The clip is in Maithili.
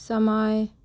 समय